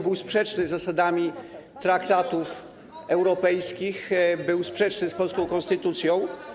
Był sprzeczny z zasadami traktatów europejskich, był sprzeczny z polską konstytucją.